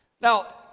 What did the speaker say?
Now